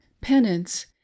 penance